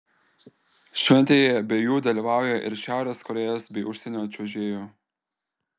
šventėje be jų dalyvauja ir šiaurės korėjos bei užsienio čiuožėjų